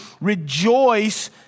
rejoice